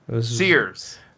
Sears